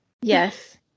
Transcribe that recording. Yes